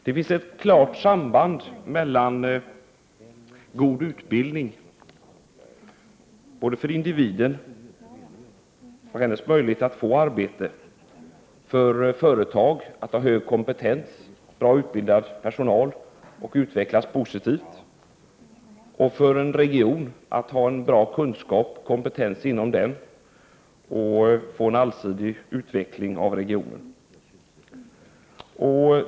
Det finns ett klart samband mellan å ena sidan god utbildning och å andra sidan dels individens möjlighet att få arbete, dels företagens möjlighet att skaffa sig väl utbildad personal, dels också en regions möjlighet att upprätthålla en god kompetens och därmed få en allsidig utveckling.